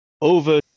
Over